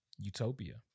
Utopia